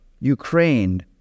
Ukraine